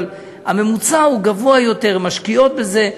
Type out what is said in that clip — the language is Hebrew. אבל הממוצע הוא גבוה יותר, הן משקיעות בזה.